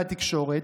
מהתקשורת,